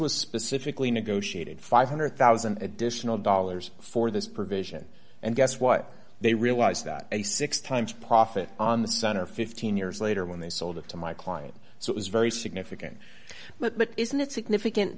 was specifically negotiated five hundred thousand dollars additional dollars for this provision and guess what they realized that a six times profit on the center fifteen years later when they sold it to my client so it was very significant but isn't it significant